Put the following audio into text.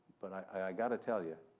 but i've got to tell you,